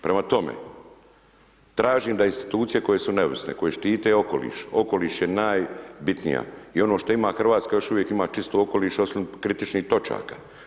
Prema tome, tražim da institucije koje su neovisne, koje štite okoliš, okoliš je najbitnija, i ono šta ima Hrvatska, još uvijek ima čisti okoliš osim kritičnih točaka.